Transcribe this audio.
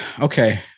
Okay